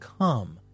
come